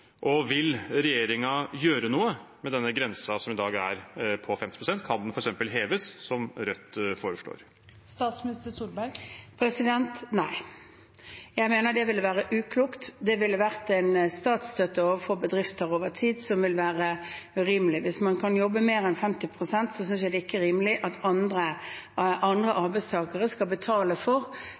og vil regjeringen gjøre noe med denne grensen, som i dag er på 50 pst.? Kan den f.eks. heves, som Rødt foreslår? Nei. Jeg mener det ville være uklokt. Det ville vært en statsstøtte overfor bedrifter over tid som ville være urimelig. Hvis man kan jobbe mer enn 50 pst., synes jeg ikke det er rimelig at andre arbeidstakere skal betale